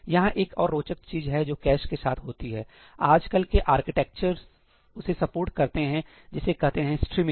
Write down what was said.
यहां एक और रोचक चीज है जो कैश के साथ होती है आजकल के आर्किटेक्चर उसे सपोर्ट करते हैं जिसे कहते हैं स्ट्रीमिंग